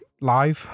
live